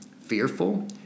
fearful